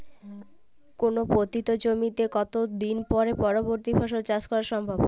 কোনো পতিত জমিতে কত দিন পরে পরবর্তী ফসল চাষ করা সম্ভব?